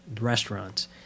restaurants